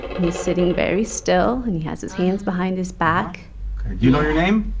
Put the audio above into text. and he's sitting very still, and he has his hands behind his back you know your name?